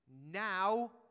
Now